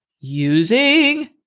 using